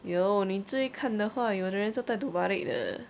有你注意看的话有的人是戴 terbalik 的